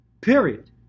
Period